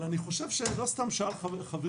אבל אני חושב שלא סתם שאל חברי,